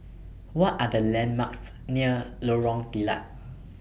What Are The landmarks near Lorong Kilat